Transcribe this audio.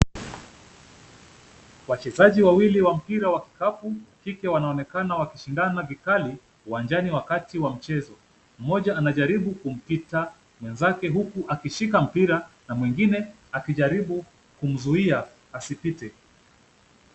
Wachezaji wawili wa mpira wa kikapu wa kike wanaonekana wakishindana vikali, uwanjani wakati wa mchezo. Mmoja anajaribu kumpita mwenzake huku akishika mpira na mwingine akijaribu kumzuia asipite.